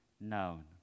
known